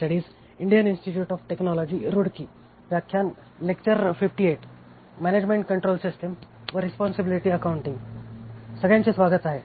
सगळ्यांचे स्वागत आहे